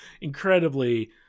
incredibly –